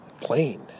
plane